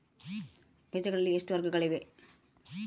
ಬೇಜಗಳಲ್ಲಿ ಎಷ್ಟು ವರ್ಗಗಳಿವೆ?